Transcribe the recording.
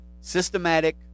systematic